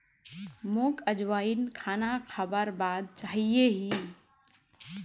मोक अजवाइन खाना खाबार बाद चाहिए ही